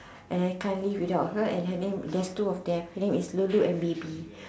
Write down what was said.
and I can't live without her and her name is there is two of them their name is Lily and Bibby